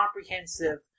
comprehensive